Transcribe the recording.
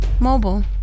mobile